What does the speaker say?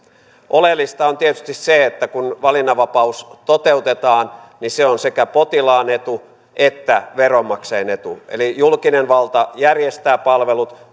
oleellista on tietysti se että kun valinnanvapaus toteutetaan niin se on sekä potilaan etu että veronmaksajien etu eli julkinen valta järjestää palvelut